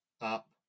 up